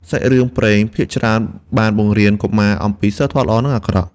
សាច់រឿងព្រេងភាគច្រើនបានបង្រៀនកុមារអំពីសីលធម៌ល្អ និងអាក្រក់។